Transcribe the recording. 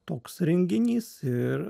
toks renginys ir